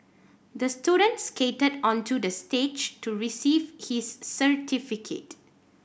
the student skated onto the stage to receive his certificate